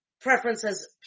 preferences